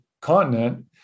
continent